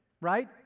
right